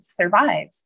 survive